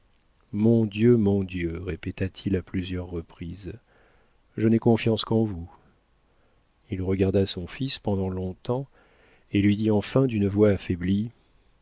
mon dieu mon dieu répéta-t-il à plusieurs reprises je n'ai confiance qu'en vous il regarda son fils pendant longtemps et lui dit enfin d'une voix affaiblie